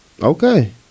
Okay